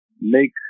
make